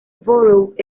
borough